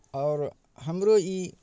आओर हमरो ई